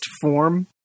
form